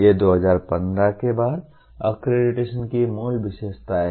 ये 2015 के बाद अक्रेडिटेशन की मूल विशेषताएं हैं